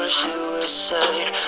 suicide